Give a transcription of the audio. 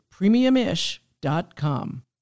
premiumish.com